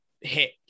hit